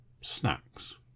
snacks